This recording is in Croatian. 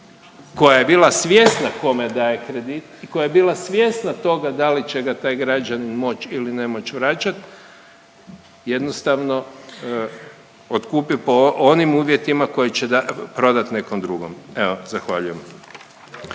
koja je bila svjesna kome daje kredit i koja je bila svjesna toga da li će ga taj građanin moć ili ne moći vraćat jednostavno otkupi po onim uvjetima koje će prodat nekom drugom. Evo, zahvaljujem.